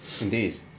Indeed